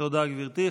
תודה, גברתי.